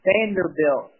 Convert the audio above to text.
Vanderbilt